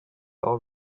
all